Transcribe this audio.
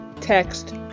text